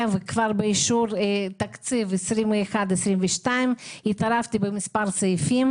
וכבר באישור תקציב 2021 2022 התערבתי במספר סעיפים